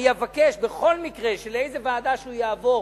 אני אבקש בכל מקרה, באיזה ועדה שהוא יעבור